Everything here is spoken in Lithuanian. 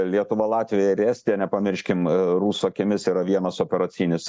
lietuva latvija ir estija nepamirškim rusų akimis yra vienas operacinis